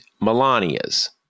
Melania's